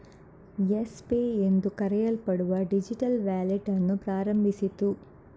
Yes Pay ಎಂದು ಕರೆಯಲ್ಪಡುವ digital wallet ಅನ್ನು ಪ್ರಾರಂಭಿಸಿತು